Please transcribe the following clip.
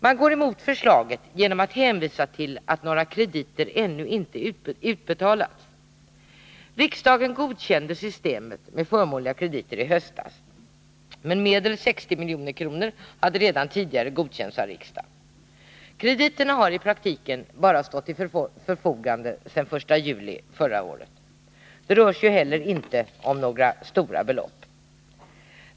Man går emot förslaget genom att hänvisa till att några krediter ännu inte utbetalats. Riksdagen godkände systemet med förmånliga krediter i höstas, men medlen — 60 milj.kr. — hade redan tidigare godkänts av riksdagen. Krediterna har i praktiken bara stått till förfogande sedan den 1 juli förra året. Det rör sig inte heller om några stora belopp.